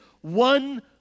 one